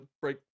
break